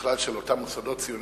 בכלל של אותם מוסדות ציוניים,